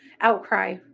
outcry